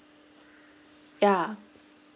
yeah